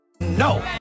No